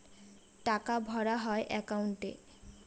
টাকা ভরা হয় একাউন্টে